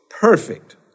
perfect